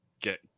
get